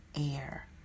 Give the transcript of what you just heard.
air